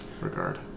regard